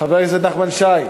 חבר הכנסת נחמן שי,